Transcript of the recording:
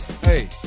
Hey